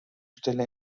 stelle